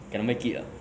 cannot make it ah